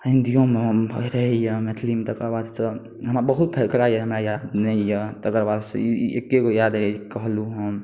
हिन्दीयो मे रहैया मैथिलियो मे तकर बाद सऽ बहुत फकरा अछि हमरा याद नहि अछि तकरा बाद सऽ एगो याद अछि कहलहुॅं हम